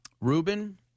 Ruben